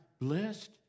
blessed